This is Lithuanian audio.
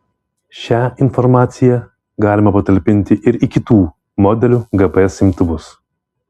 šią informaciją galima patalpinti ir į kitų modelių gps imtuvus